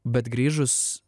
bet grįžus